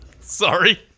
Sorry